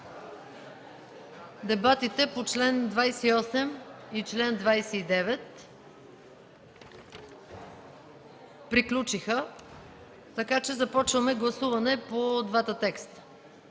Дебатите по чл. 28 и чл. 29 приключиха. Започваме гласуване по двата текста.